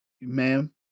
Ma'am